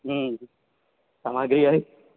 हूँ अहाँक यऽ हे